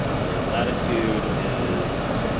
where latitude is